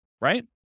right